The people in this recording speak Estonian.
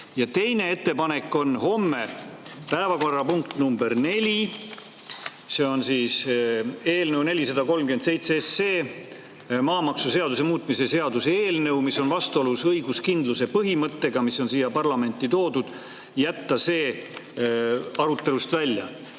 Teine ettepanek on homne päevakorrapunkt nr 4 – see on eelnõu 437, maamaksuseaduse muutmise seaduse eelnõu, mis on vastuolus õiguskindluse põhimõttega, aga mis on siia parlamenti toodud – jätta arutelust välja.